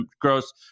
gross